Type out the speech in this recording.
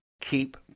Keep